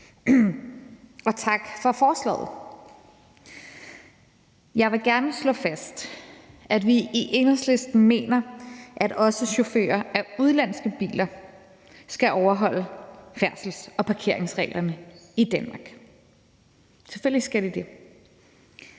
og tak for forslaget. Jeg vil gerne slå fast, at vi i Enhedslisten mener, at også chauffører af udenlandske bilder skal overholde færdselsloven og parkeringsreglerne i Danmark. Selvfølgelig skal de det.